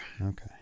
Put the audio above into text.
Okay